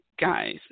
Guys